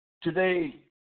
Today